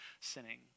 sinning